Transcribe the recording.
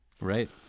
Right